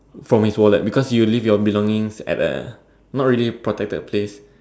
from his wallet because you leave his belongings not really at the protected place